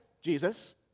Jesus